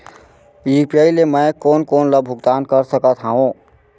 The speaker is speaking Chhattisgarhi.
यू.पी.आई ले मैं कोन कोन ला भुगतान कर सकत हओं?